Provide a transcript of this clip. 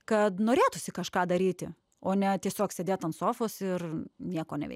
kad norėtųsi kažką daryti o ne tiesiog sėdėt ant sofos ir nieko neveikt